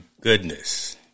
goodness